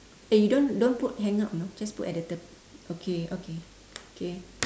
eh you don't don't put hang up you know just put at the tep~ okay okay K